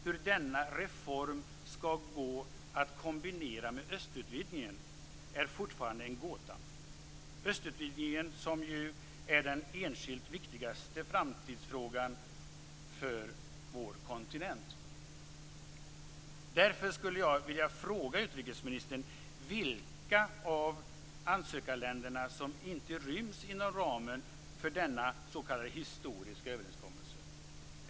Hur denna reform skall gå att kombinera med östutvidgningen är fortfarande en gåta - östutvidgningen som ju är den enskilt viktigaste framtidsfrågan för vår kontinent! Därför skulle jag vilja fråga utrikesministern vilka av ansökarländerna som inte ryms inom ramen för denna s.k. historiska överenskommelse.